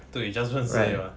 对 just 认识而已 mah